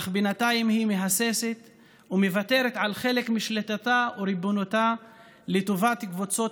אך בינתיים היא מהססת ומוותרת על חלק משליטתה וריבונותה לטובת קבוצות